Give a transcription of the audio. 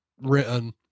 written